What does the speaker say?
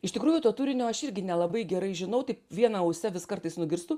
iš tikrųjų to turinio aš irgi nelabai gerai žinau taip viena ause vis kartais nugirstu